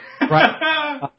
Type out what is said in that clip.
Right